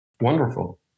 Wonderful